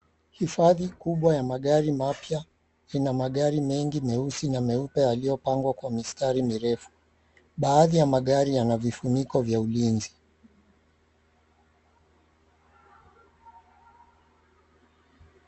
Hifadhi kubwa ya magari mapya ina magari mengi meusi na meupe yaliyopangwa kwa mistari mirefu. Baadhi ya magari yana vifuniko vya ulinzi.